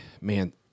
man